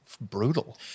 brutal